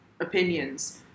opinions